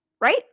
Right